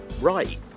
right